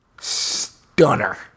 stunner